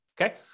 okay